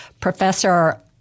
Professor